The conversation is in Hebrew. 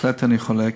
בהחלט אני חולק.